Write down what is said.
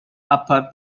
upper